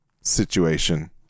situation